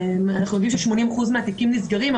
אנחנו יודעים ש-80% מהתיקים נסגרים,